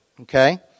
okay